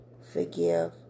forgive